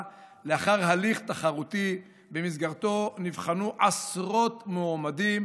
לאחר הליך תחרותי שבמסגרתו נבחנו עשרות מועמדים,